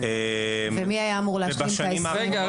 ומי היה אמור להשלים את --- רגע.